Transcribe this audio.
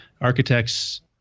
architects